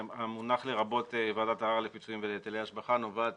המונח לרבות ועדת ערר לפיצויים ולהיטלי השבחה נובעת